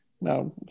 Now